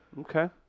okay